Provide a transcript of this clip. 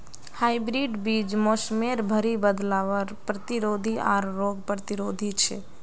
hybrid बीज मोसमेर भरी बदलावर प्रतिरोधी आर रोग प्रतिरोधी छे